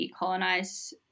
decolonize